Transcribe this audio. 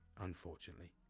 unfortunately